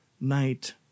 night